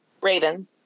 Raven